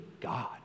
God